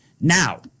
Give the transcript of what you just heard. now